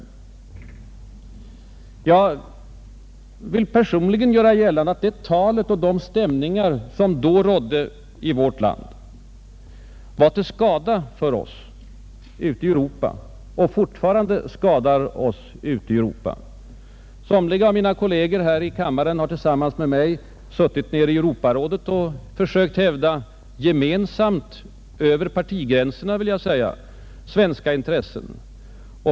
Jag vill personligen göra gällande att detta tal och de stämningar som då rådde i vårt land var till skada för oss ute i Europa och fortfarande skadar oss där. Somliga av mina kolleger här i kammaren har tillsammans med mig suttit nere i Europarådet och försökt hävda gemensamt — över partigränserna, vill jag säga — svenska intressen.